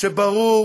שברור